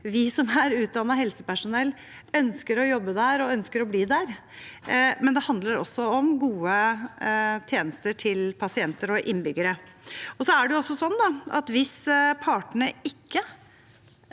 vi som er utdannet helsepersonell, ønsker å jobbe der og ønsker å bli der, men det handler også om gode tjenester til pasienter og innbyggere. Helsepersonellkommisjonen er også tydelig på at hvis partene ikke